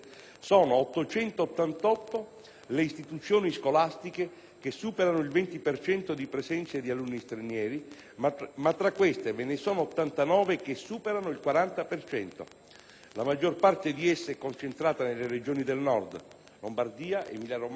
le istituzioni scolastiche che superano il 20 per cento di presenze di alunni stranieri, ma tra queste ve ne sono 89 che superano il 40 per cento. La maggior parte di esse è concentrata nelle Regioni del Nord: Lombardia, Emilia-Romagna, Veneto e Piemonte.